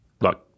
Look